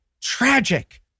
tragic